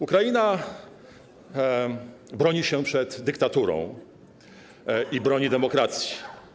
Ukraina broni się przed dyktaturą i broni demokracji.